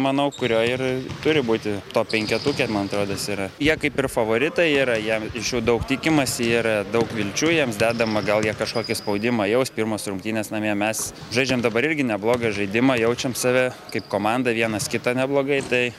manau kurioj ir turi būti top penketuke man atrodo jis yra jie kaip ir favoritai yra jam iš jų daug tikimasi ir daug vilčių jiems dedama gal jie kažkokį spaudimą jaus pirmos rungtynės namie mes žaidžiam dabar irgi neblogą žaidimą jaučiam save kaip komanda vienas kitą neblogai tai